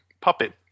puppet